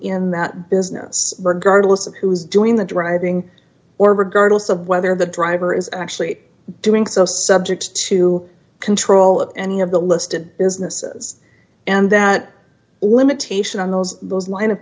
in that business regardless of who is doing the driving or regardless of whether the driver is actually doing so subject to control of any of the listed businesses and that limitation on those those line of